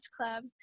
club